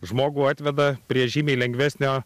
žmogų atveda prie žymiai lengvesnio